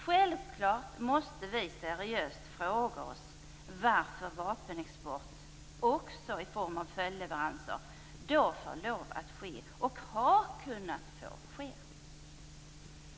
Självklart måste vi seriöst fråga oss varför vapenexport också i form av följdleveranser då får lov att ske och har kunnat ske.